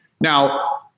Now